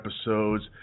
episodes